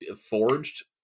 Forged